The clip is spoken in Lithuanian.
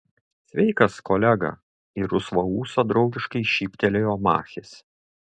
sveikas kolega į rusvą ūsą draugiškai šyptelėjo machis